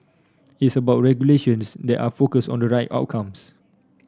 it's about regulations that are focus on the right outcomes